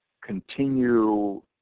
continue